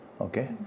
Okay